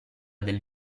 del